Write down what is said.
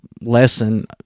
lesson